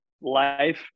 life